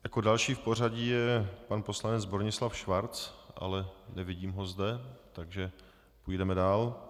Jako další v pořadí je pan poslanec Bronislav Schwarz, ale nevidím ho zde, takže půjdeme dál.